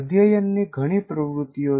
અધ્યયનની ઘણી પ્રવૃત્તિઓ છે